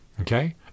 Okay